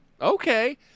okay